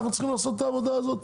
אנחנו צריכים לעשות את העבודה הזאת?